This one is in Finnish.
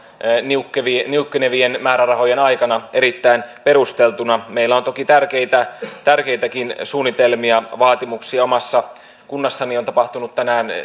niukkenevien niukkenevien määrärahojen aikana erittäin perusteltuna meillä on toki tärkeitäkin suunnitelmia vaatimuksia omassa kunnassani on tapahtunut tänään